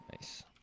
Nice